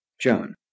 Joan